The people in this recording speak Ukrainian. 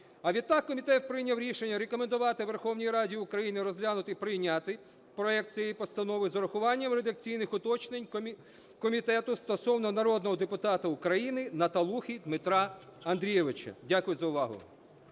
А відтак, комітет прийняв рішення рекомендувати Верховній Раді України розглянути і прийняти проект цієї постанови з урахуванням редакційних уточнень комітету стосовно народного депутата України Наталухи Дмитра Андрійовича. Дякую за увагу.